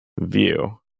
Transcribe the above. view